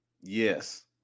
Yes